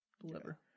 deliver